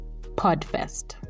podfest